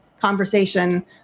conversation